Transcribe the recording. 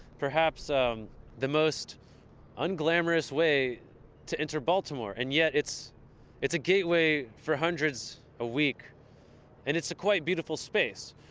perhaps um the most unglamorous way to enter baltimore and yet it's it's a gateway for hundreds a week and it's a quite beautiful space.